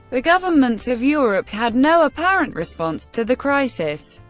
the governments of europe had no apparent response to the crisis,